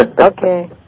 Okay